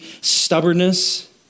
stubbornness